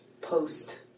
post